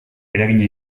eragina